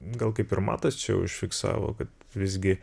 gal kaip ir matas čia užfiksavo kad visgi